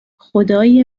خدای